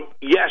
yes